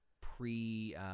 pre-